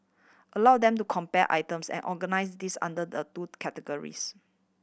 allow them to compare items and organise these under the two categories